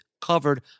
covered